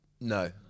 No